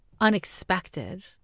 unexpected